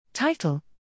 Title